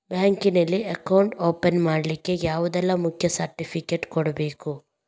Bank ನಲ್ಲಿ account open ಮಾಡ್ಲಿಕ್ಕೆ ಯಾವುದೆಲ್ಲ ಮುಖ್ಯ ಸರ್ಟಿಫಿಕೇಟ್ ಕೊಡ್ಬೇಕು?